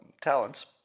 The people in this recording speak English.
talents